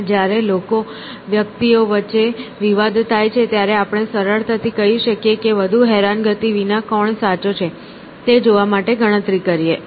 અને જ્યારે લોકો વ્યક્તિઓ વચ્ચે વિવાદ થાય છે ત્યારે આપણે સરળતાથી કહી શકીએ કે વધુ હેરાનગતિ વિના કોણ સાચો છે તે જોવા માટે ગણતરી કરીએ